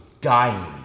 dying